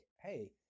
hey